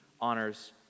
honors